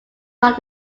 not